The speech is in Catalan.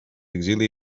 exili